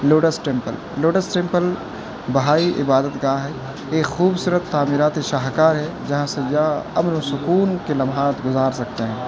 lotus temple lotus temple Baha'i عبادت گاہ ہے ایک خوبصورت تعمیراتی شاہکار ہے جہاں سیاح امن و سکون کے لمحات گزار سکتے ہیں